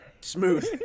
Smooth